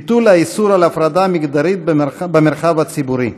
ביטול האיסור על הפרדה מגדרית במרחב הציבורי.